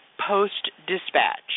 Post-Dispatch